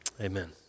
Amen